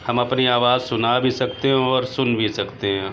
ہم اپنی آواز سنا بھی سکتے ہیں اور سن بھی سکتے ہیں